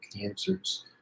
cancers